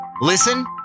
listen